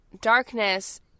darkness